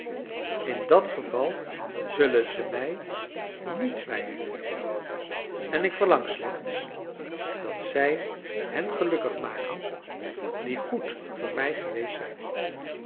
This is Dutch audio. in dat geval zullen ze mij niets weigeren en ik verlang slechts dat zij hen gelukkig maken die goed voor mij geweest zijn